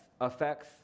affects